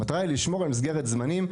המטרה היא לשמור על מסגרת זמנים,